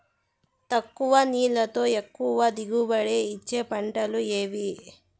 తక్కువ నీళ్లతో ఎక్కువగా దిగుబడి ఇచ్చే పంటలు ఏవి?